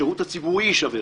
השירות הציבורי יישבר.